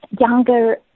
younger